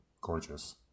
gorgeous